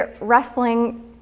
wrestling